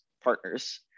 partners